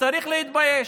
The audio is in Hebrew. צריך להתבייש.